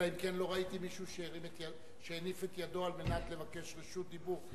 אלא אם כן לא ראיתי מישהו שהניף את ידו על מנת לבקש רשות דיבור.